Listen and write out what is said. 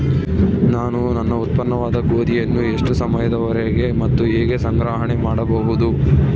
ನಾನು ನನ್ನ ಉತ್ಪನ್ನವಾದ ಗೋಧಿಯನ್ನು ಎಷ್ಟು ಸಮಯದವರೆಗೆ ಮತ್ತು ಹೇಗೆ ಸಂಗ್ರಹಣೆ ಮಾಡಬಹುದು?